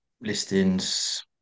listings